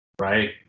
right